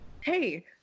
hey